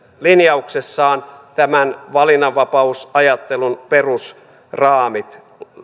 linjauksessaan tämän valinnanvapausajattelun perusraamit